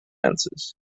fences